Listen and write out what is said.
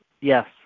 Yes